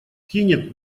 кинет